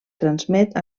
transmet